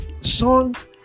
songs